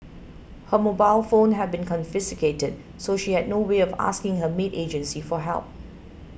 her mobile phone had been confiscated so she had no way of asking her maid agency for help